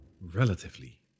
relatively